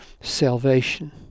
salvation